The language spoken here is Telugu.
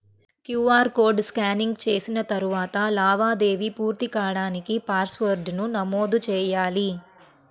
క్యూఆర్ కోడ్ స్కానింగ్ చేసిన తరువాత లావాదేవీ పూర్తి కాడానికి పాస్వర్డ్ను నమోదు చెయ్యాలి